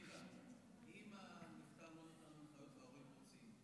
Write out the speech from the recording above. צביקה, אם הנפטר לא נתן הנחיות וההורים רוצים,